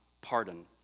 pardon